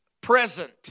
present